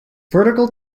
vertical